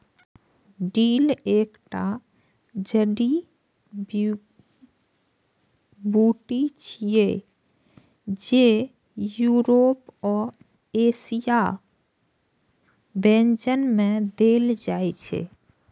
dill एकटा जड़ी बूटी छियै, जे यूरोपीय आ एशियाई व्यंजन मे देल जाइ छै